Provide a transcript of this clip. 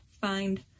find